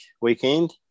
weekend